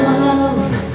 love